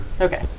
okay